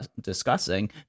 discussing